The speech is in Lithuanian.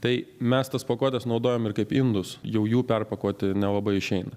tai mes tas pakuotes naudojam ir kaip indus jau jų perpakuoti nelabai išeina